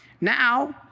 Now